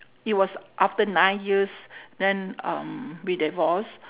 it was after nine years then um we divorced